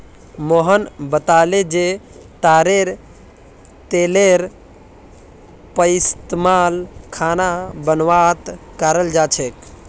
मोहन बताले जे तारेर तेलेर पइस्तमाल खाना बनव्वात कराल जा छेक